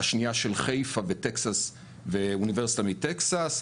והשנייה של חיפה ואוניברסיטה מטקסס,